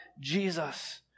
Jesus